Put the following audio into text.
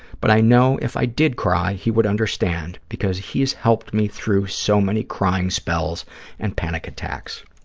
but i know if i did cry, he would understand, because he has helped me through so many crying spells and panic attacks.